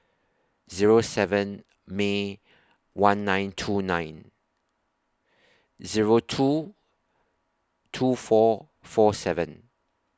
Zero seven May one nine two nine Zero two two four four seven